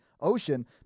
ocean